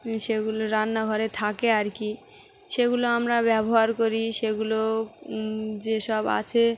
সেগুলো রান্নাঘরে থাকে আর কি সেগুলো আমরা ব্যবহার করি সেগুলো যেসব আছে